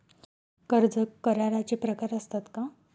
कर्ज कराराचे प्रकार असतात का?